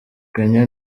kenya